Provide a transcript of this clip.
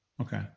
okay